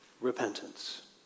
repentance